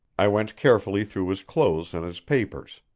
i went carefully through his clothes and his papers.